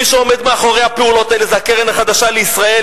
מי שעומד מאחורי הפעולות האלה זה הקרן החדשה לישראל,